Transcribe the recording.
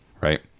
right